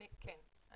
כן,